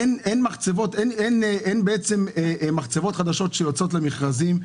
אין מחצבות חדשות שיוצאות למכרזים,